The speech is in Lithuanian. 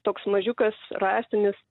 toks mažiukas rąstinis